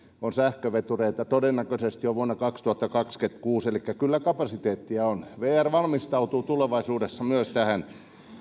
on sähkövetureita todennäköisesti jo vuonna kaksituhattakaksikymmentäkuusi elikkä kyllä kapasiteettia on vr valmistautuu tulevaisuudessa myös tähän